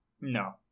no